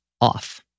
off